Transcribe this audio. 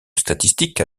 statistique